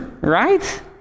Right